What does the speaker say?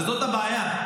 וזאת הבעיה.